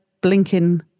blinking